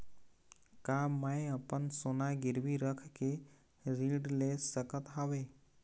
का मैं अपन सोना गिरवी रख के ऋण ले सकत हावे?